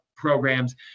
programs